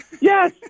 Yes